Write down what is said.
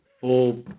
full